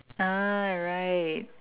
ah right